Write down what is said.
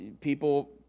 people